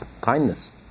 kindness